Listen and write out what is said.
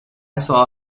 saw